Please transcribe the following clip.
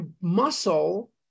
muscle